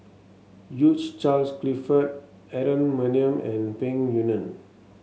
Hugh Charles Clifford Aaron Maniam and Peng Yuyun